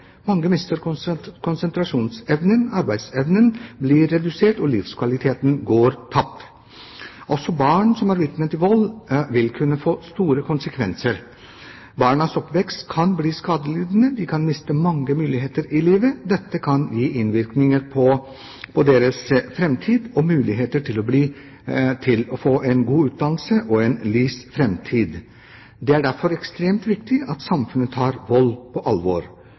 Mange mister konsentrasjonsevnen, arbeidsevnen blir redusert og livskvaliteten går tapt. Også det at barn er vitne til vold vil kunne få store konsekvenser. Barnas oppvekst kan bli skadelidende, de kan miste mange muligheter i livet, noe som kan gi innvirkninger på deres framtid og muligheter til å få en god utdannelse og en lys framtid. Det er derfor ekstremt viktig at samfunnet tar vold på alvor.